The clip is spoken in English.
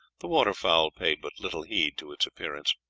the water-fowl paid but little heed to its appearance.